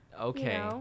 okay